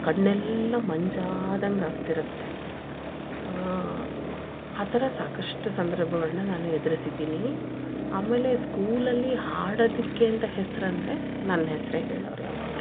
ಕಣ್ಣೆಲ್ಲ ಮಂಜಾದಂಗೆ ಆಗ್ತಿರತ್ತೆ ಆ ಥರ ಸಾಕಷ್ಟು ಸಂದರ್ಭಗಳನ್ನ ನಾನು ಎದ್ರಿಸಿದ್ದೀನಿ ಆಮೇಲೆ ಸ್ಕೂಲಲ್ಲಿ ಹಾಡೋದಕ್ಕೆ ಅಂತ ಹೆಸ್ರು ಅಂದರೆ ನನ್ನ ಹೆಸ್ರೇ ಹೇಳೋರು ಯಾವಾಗಲು